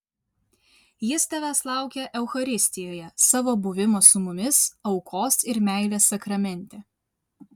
jis tavęs laukia eucharistijoje savo buvimo su mumis aukos ir meilės sakramente